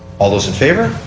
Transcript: all those in favor.